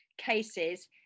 cases